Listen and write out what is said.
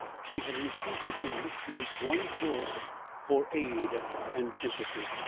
she had instinctively looked to this one source for aid and sympathy.